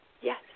Yes